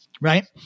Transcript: right